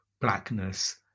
blackness